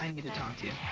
um higglytown to